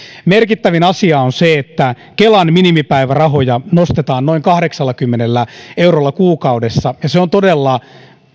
merkittävin asia on se että kelan minimipäivärahoja nostetaan noin kahdeksallakymmenellä eurolla kuukaudessa ja se on todella